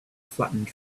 flattened